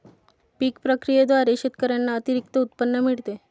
पीक प्रक्रियेद्वारे शेतकऱ्यांना अतिरिक्त उत्पन्न मिळते